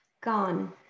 gone